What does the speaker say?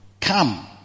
come